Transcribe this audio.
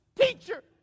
Teacher